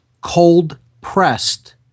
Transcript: cold-pressed